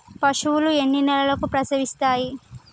పశువులు ఎన్ని నెలలకు ప్రసవిస్తాయి?